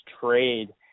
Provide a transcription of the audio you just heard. trade